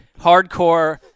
hardcore